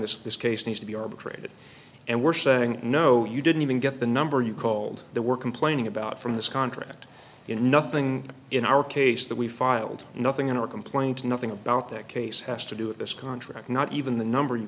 this this case needs to be arbitrated and we're saying no you didn't even get the number you called they were complaining about from this contract nothing in our case that we filed nothing in our complaint nothing about that case has to do at this contract not even the number you